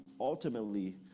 ultimately